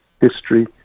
history